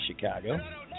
Chicago